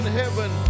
heaven